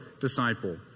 disciple